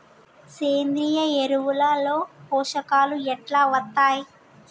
సేంద్రీయ ఎరువుల లో పోషకాలు ఎట్లా వత్తయ్?